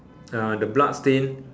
uh the blood stain